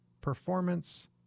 performance